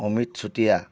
Amit Chutia